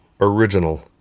original